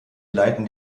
leiten